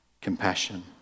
compassion